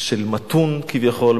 של מתון כביכול,